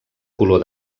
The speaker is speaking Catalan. color